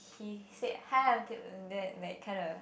he said hi I'm that kinda